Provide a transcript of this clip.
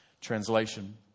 translation